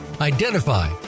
identify